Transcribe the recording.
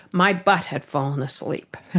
my butt had fallen asleep.